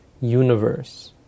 universe